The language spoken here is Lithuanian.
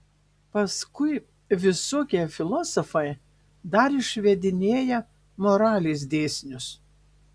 paskui visokie filosofai dar išvedinėja moralės dėsnius